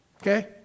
Okay